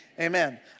Amen